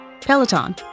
Peloton